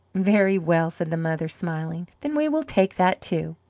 very well, said the mother, smiling then we will take that, too.